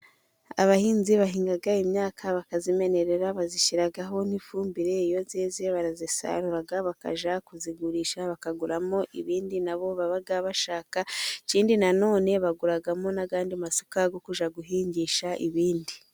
Abahinzi bahinga imyaka bakayimenera bayishyiraho n'ifumbire. Iyo yeze barayisarura, bakajya kuyigurisha bakaguramo ibindi nabo baba bashaka. Ikindi nanone baguramo n'ayandi masaka yo kujya guhingisha ibindi.